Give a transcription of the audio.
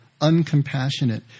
uncompassionate